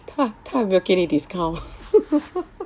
他他有没有给你 discount